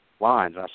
lines